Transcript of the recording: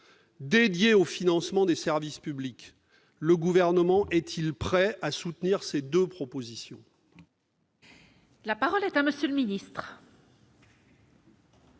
dédié au financement des services publics, le gouvernement est-il prêt à soutenir ces 2 propositions. La parole est à monsieur le Ministre.